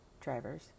drivers